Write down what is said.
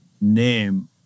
name